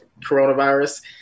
coronavirus